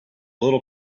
little